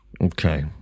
Okay